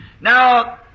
Now